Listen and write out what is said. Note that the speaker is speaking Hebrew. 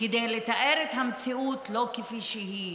כדי לתאר את המציאות לא כפי שהיא,